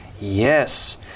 Yes